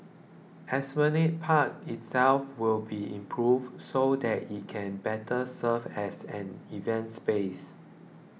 Esplanade Park itself will be improved so that it can better serve as an event space